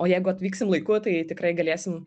o jeigu atvyksim laiku tai tikrai galėsim